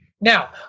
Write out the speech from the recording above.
now